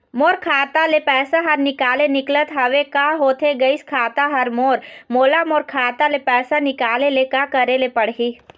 मोर खाता ले पैसा हर निकाले निकलत हवे, का होथे गइस खाता हर मोर, मोला मोर खाता ले पैसा निकाले ले का करे ले पड़ही?